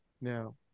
Now